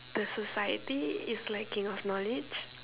the society is lacking of knowledge